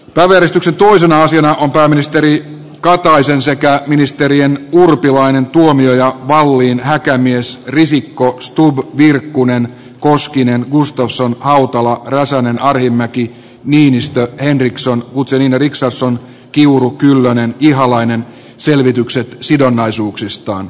pääväristyksen toisena syynä on pääministeri kataisen sekä ministerien urpilainen tuomio ja malliin häkämies olisi koostunut virkkunen koskinen kuustosen autolla tai seminaarinmäki viinistä henriksson uutinen eriksasson esitellään valtioneuvoston jäsenten selvitykset sidonnaisuuksistaan